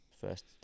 first